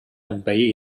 envair